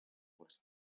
was